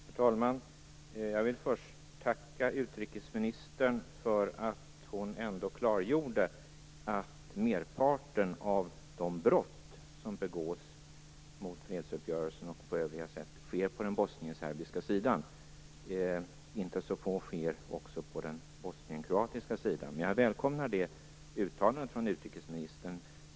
Herr talman! Jag vill först tacka utrikesministern för att hon ändå klargjorde att merparten av de brott som begås mot fredsuppgörelsen och på övriga sätt sker på den bosnienserbiska sidan, och inte så få sker också på den bosnienkroatiska sidan. Men jag välkomnar det uttalandet från utrikesministern.